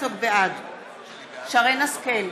בעד שרן השכל,